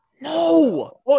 No